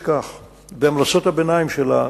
בהמלצות הביניים שלה,